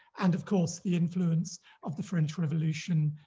and of course the influence of the french revolution,